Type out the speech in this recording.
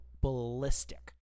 ballistic